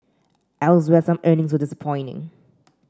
elsewhere some earnings were disappointing